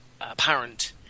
apparent